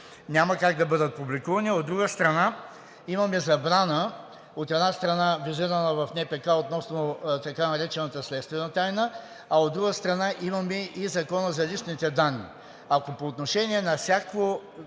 няма как да бъдат публикувани, а от друга страна, имаме забрана, от една страна, визирана в НПК относно така наречената следствена тайна, а от друга страна, имаме и Закона за личните данни. Ако по отношение на всякакво